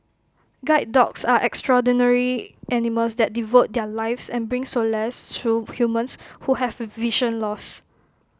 guide dogs are extraordinary animals that devote their lives and bring solace to humans who have vision loss